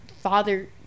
father